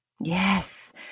yes